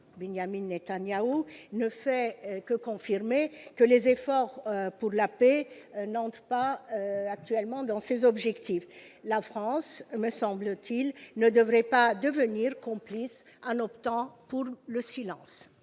Binyamin Nétanyahou ne fait que confirmer que les efforts pour la paix Nantes pas actuellement dans ses objectifs : la France me semble-t-il, ne devrait pas devenir complices en optant pour le silence.